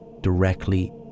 directly